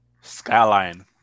Skyline